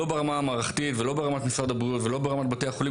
לא ברמה המערכתית ולא ברמת משרד הבריאות ולא ברמת בתי החולים,